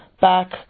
back